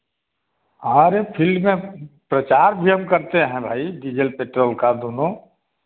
आरे field में प्रचार भी हम करते हैं भाई डीजल पेट्रोल का दोनों